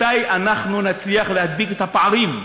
מתי אנחנו נצליח להדביק את הפערים?